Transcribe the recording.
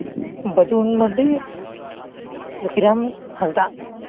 Bajun Mardi Lokkhiram Hansda